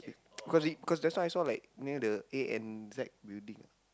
cause he cause that's why I saw like near the A N Z building